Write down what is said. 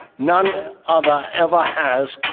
none other ever has,